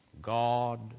God